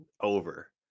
over